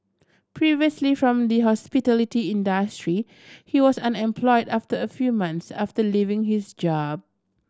previously from the hospitality industry he was unemployed after a few months after leaving his job